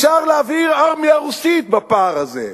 אפשר להעביר ארמיה רוסית בפער הזה,